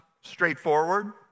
straightforward